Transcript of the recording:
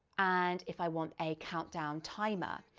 and if i want a countdown timer.